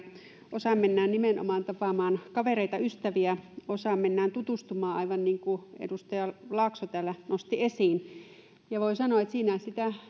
osaan mennään nimenomaan tapaamaan kavereita ja ystäviä osaan mennään tutustumaan aivan niin kuin edustaja laakso täällä nosti esiin ja voin sanoa että siinä